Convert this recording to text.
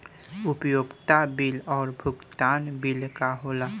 उपयोगिता बिल और भुगतान बिल का होला?